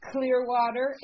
Clearwater